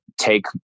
Take